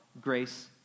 grace